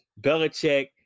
Belichick